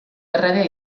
errege